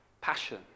passion